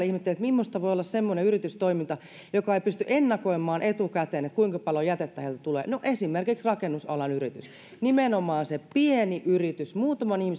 ihmetteli mimmoista voi olla semmoinen yritystoiminta joka ei pysty ennakoimaan etukäteen kuinka paljon jätettä heiltä tulee no esimerkiksi rakennusalan yritys nimenomaan se pieni yritys muutaman